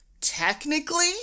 technically